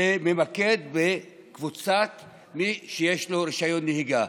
זה ממקד קבוצה של מי שיש לו רישיון נהיגה.